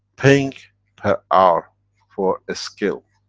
paying per hour for a skill?